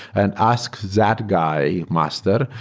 and ask that guy, master,